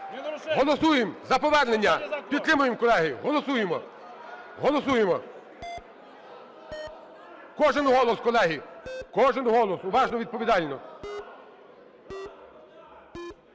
Голосуємо за повернення. Підтримаємо, колеги. Голосуємо. Голосуємо. Кожен голос, колеги, кожен голос! Уважно, відповідально.